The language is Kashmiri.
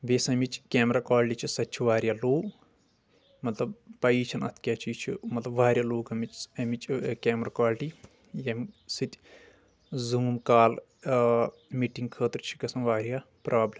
بیٚیہِ یُس امیِچ کیمرا کولٹی چھِ سۄ تہِ چھِ واریاہ لو مطلب پیی چھنہٕ اتھ کیٛاہ چھِ یہِ چھ مطلب واریاہ لو گٔمٕژ امیِچ کیمرا کولٹی ییٚمہِ سۭتۍ زوٗم کال میٖٹنٛگ خٲطرٕ چھِ گژھان واریاہ پرابلم